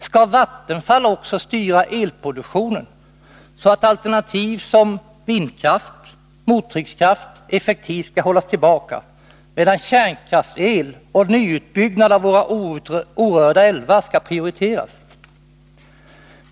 Skall Vattenfall också styra elproduktionen så att alternativ som vindkraft och mottryckskraft effektivt hålls tillbaka medan kärnkraftsel och nyutbyggnad av våra orörda älvar prioriteras?